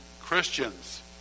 Christians